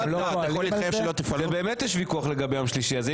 זה חוות דעת ובאמת יש ויכוח לגבי יום השלישי הזה.